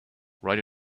right